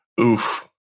Oof